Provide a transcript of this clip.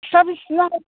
सिथ्लाबो सिबनो हायो